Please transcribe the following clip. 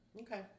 okay